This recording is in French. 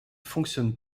fonctionne